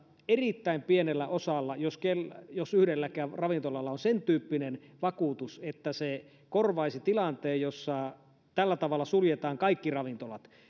erittäin pienellä osalla jos yhdelläkään ravintolalla on sen tyyppinen vakuutus että se korvaisi tilanteen jossa tällä tavalla suljetaan kaikki ravintolat